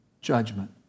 judgment